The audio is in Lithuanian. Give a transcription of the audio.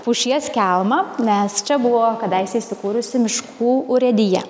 pušies kelmą nes čia buvo kadaise įsikūrusi miškų urėdija